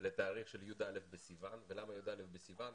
לתאריך של י"א בסיון, ולמה י"א בסיון?